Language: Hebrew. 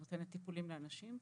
אני נותנת טיפולים לאנשים.